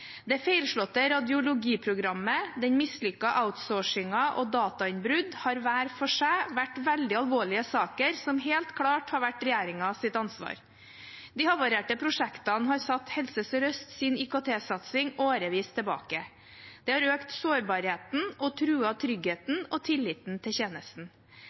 Det feilslåtte radiologiprogrammet, den mislykkede outsourcingen og datainnbrudd har hver for seg vært veldig alvorlige saker som helt klart har vært regjeringens ansvar. De havarerte prosjektene har satt Helse Sør-Østs IKT-satsing årevis tilbake. Det har økt sårbarheten og truet tryggheten og tilliten til tjenesten.